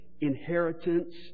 inheritance